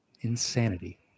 insanity